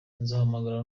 nzahangana